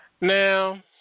Now